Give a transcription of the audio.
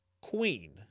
Queen